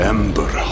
Ember